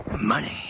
Money